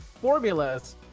formulas